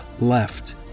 left